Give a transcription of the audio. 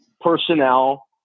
personnel